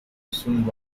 soon